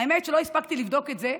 האמת היא שלא הספקתי לבדוק את זה,